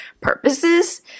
purposes